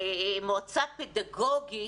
מועצה פדגוגית,